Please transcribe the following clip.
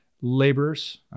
laborers